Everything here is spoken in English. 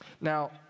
Now